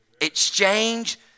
Exchange